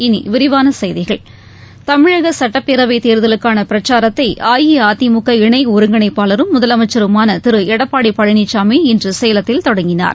இனி விரிவான செய்திகள் தமிழக சட்டப்பேரவைத் தேர்தலுக்கான பிரச்சாரத்தை அஇஅதிமுக இணை ஒருங்கிணைப்பாளரும் முதலமைச்சருமான திரு எடப்பாடி பழனிசாமி இன்று சேலத்தில் தொடங்கினார்